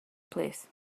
plîs